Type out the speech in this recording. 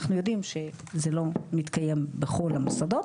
אנחנו יודעים שזה לא מתקיים בכל המוסדות,